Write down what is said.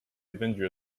avenger